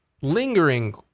lingering